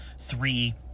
three